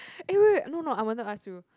eh wait wait wait no no I will not ask you